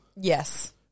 Yes